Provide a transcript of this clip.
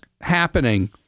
happening